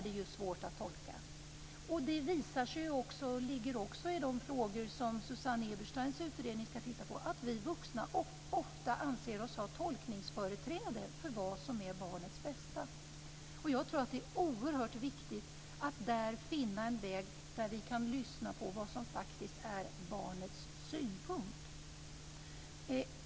Det ligger också i de frågor som Susanne Ebersteins utredning ska titta på att vi vuxna ofta anser oss ha tolkningsföreträde när det gäller vad som är barnets bästa. Jag tror att det är oerhört viktigt att finna en väg där vi kan lyssna på barnets synpunkt.